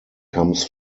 comes